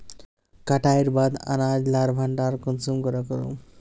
कटाईर बाद अनाज लार भण्डार कुंसम करे करूम?